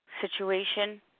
situation